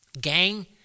Gang